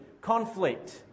conflict